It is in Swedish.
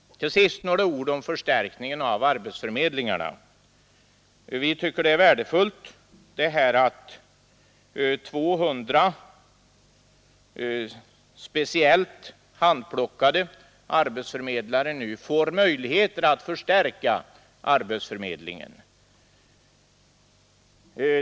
Och så några ord om förstärkningen av arbetsförmedlingarna. Vi tycker det är värdefullt att 200 handplockade arbetsförmedlare nu skall förstärka arbetsförmedlingen.